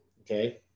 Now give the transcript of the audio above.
Okay